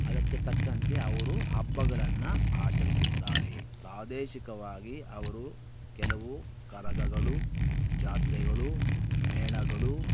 ಅದಕ್ಕೆ ತಕ್ಕಂತೆ ಅವರು ಹಬ್ಬಗಳನ್ನು ಆಚರಿಸುತ್ತಾರೆ ಪ್ರಾದೇಶಿಕವಾಗಿ ಅವರು ಕೆಲವು ಕರಗಗಳು ಜಾತ್ರೆಗಳು ಮೇಳಗಳು